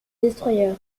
destroyer